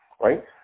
right